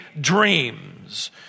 dreams